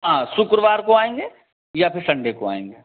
हाँ शुक्रवार को आएंगे या फिर सन्डे को आएंगे